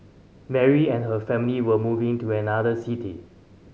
Mary and her family were moving to another city